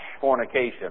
fornication